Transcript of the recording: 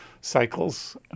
cycles